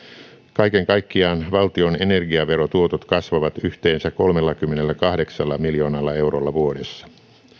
kaiken kaikkiaan valtion energiaverotuotot kasvavat yhteensä kolmellakymmenelläkahdeksalla miljoonalla eurolla vuodessa